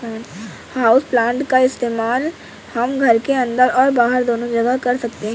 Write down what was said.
houseplant का इस्तेमाल हम घर के अंदर और बाहर दोनों जगह कर सकते हैं